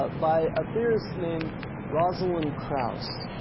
but by a theorist named rosalind krauss,